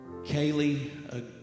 Kaylee